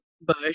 Bush